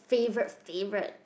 favorite favorite